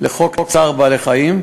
לחוק צער בעלי-חיים,